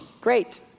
Great